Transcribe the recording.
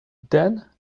then